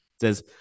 says